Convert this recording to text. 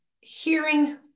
hearing